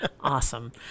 Awesome